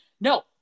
no